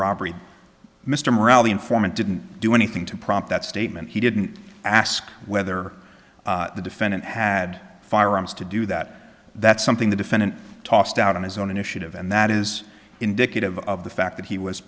robbery mr morale the informant didn't do anything to prompt that statement he didn't ask whether the defendant had firearms to do that that's something the defendant tossed out on his own initiative and that is indicative of the fact that he was